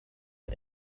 der